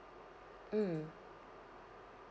mm